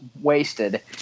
wasted